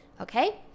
Okay